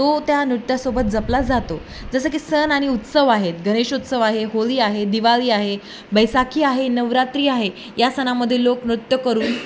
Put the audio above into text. तो त्या नृत्यासोबत जपला जातो जसं की सण आणि उत्सव आहेत गणेशोत्सव आहे होळी आहे दिवाळी आहे बैसाखी आहे नवरात्री आहे या सणामध्ये लोक नृत्य करून